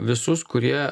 visus kurie